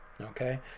Okay